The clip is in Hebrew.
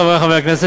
חברי חברי הכנסת,